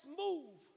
move